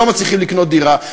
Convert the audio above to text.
שלא מצליחים לקנות דירה.